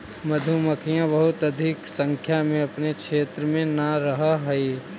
मधुमक्खियां बहुत अधिक संख्या में अपने क्षेत्र में न रहअ हई